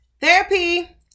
Therapy